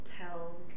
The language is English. tell